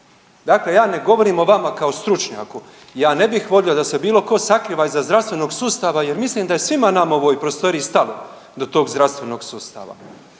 Dakle, ja ne govorim o vama kao stručnjaku. Ja ne bih volio da se bilo tko sakriva iza zdravstvenog sustava jer mislim da je svima nama u ovoj prostoriji stalo do tog zdravstvenog sustava.